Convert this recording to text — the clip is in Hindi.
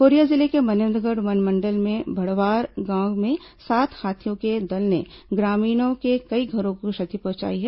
कोरिया जिले के मनेन्द्रगढ़ वनमंडल के बढ़वार गांव में सात हाथियों के दल ने ग्रामीणों के कई घरों को क्षति पहुंचाई है